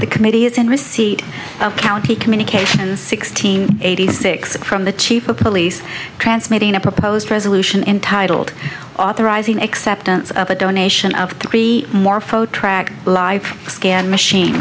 the committee is in receipt of county communications sixteen eighty six from the chief of police transmitting a proposed resolution entitled authorizing acceptance of a donation of three morpho track live scan machine